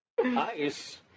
Nice